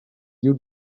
you